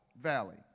valley